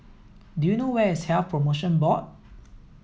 do you know where is Health Promotion Board